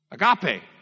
Agape